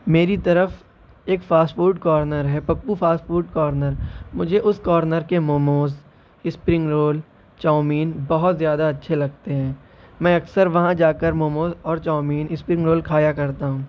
میری طرف ایک فاسٹ فوڈ کارنر ہے پپو فاسٹ فوڈ کارنر مجھے اس کارنر کے موموز اسپرنگ رول چاؤمین بہت زیادہ اچھے لگتے ہیں میں اکثر وہاں جا کر موموز اور چاؤمین اسپرنگ رول کھایا کرتا ہوں